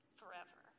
forever